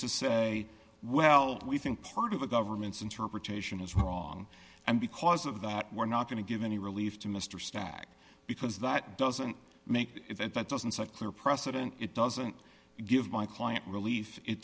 to say well we think part of the government's interpretation is wrong and because of that we're not going to give any relief to mr stagg because that doesn't make it that doesn't set clear precedent it doesn't give my client rel